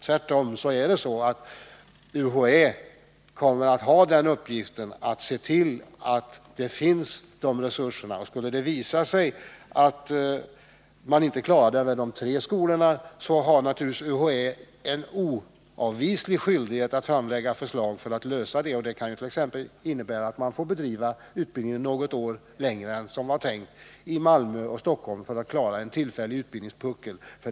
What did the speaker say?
Tvärtom kommer UHÄ att ha uppgiften att se till att de resurserna finns. Skulle det visa sig att man inte klarar utbildningen vid de tre skolorna har naturligtvis UHÄ en oavvislig skyldighet att framlägga förslag om hur detta skall lösas. Det kan exempelvis innebära att man får bedriva utbildningen något år längre än som var tänkt i Malmö och Stockholm för att klara en tillfällig utbildningspuckel.